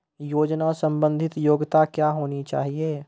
योजना संबंधित योग्यता क्या होनी चाहिए?